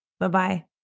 Bye-bye